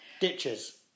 Ditches